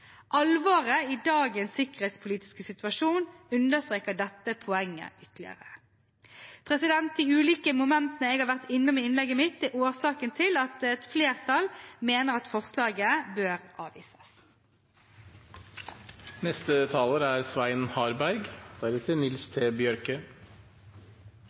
Alvoret i dagens sikkerhetspolitiske situasjon understreker dette poenget ytterligere.» De ulike momentene jeg har vært innom i innlegget mitt, er årsaken til at et flertall mener at forslaget bør avvises. Her synes jeg det er